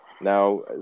Now